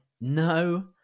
No